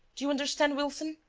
do you understand, wilson?